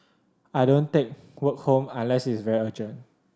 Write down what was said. I don't take work home unless is very urgent